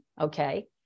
okay